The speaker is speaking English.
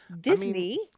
Disney